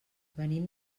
venim